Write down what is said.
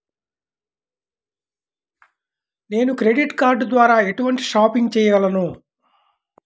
నేను credit card ద్వార ఎటువంటి షాపింగ్ చెయ్యగలను?